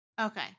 okay